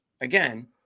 again